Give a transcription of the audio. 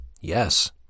Yes